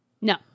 no